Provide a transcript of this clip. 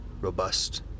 robust